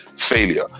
failure